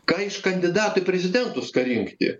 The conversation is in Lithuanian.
ką iš kandidatų į prezidentus ką rinkti